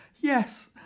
Yes